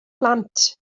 plant